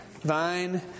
Vine